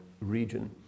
region